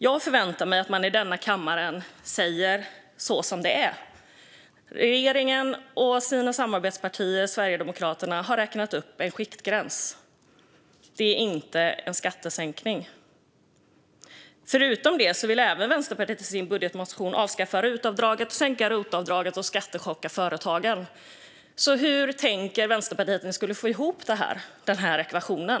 Jag förväntar mig att man i denna kammare säger som det är. Regeringen och dess samarbetsparti Sverigedemokraterna har räknat upp en skiktgräns. Det är inte en sänkning. Förutom det vill Vänsterpartiet i sin budgetmotion även avskaffa rutavdraget, sänka rotavdraget och skattechocka företagare. Hur tänker ni i Vänsterpartiet att ni skulle få ihop den ekvationen?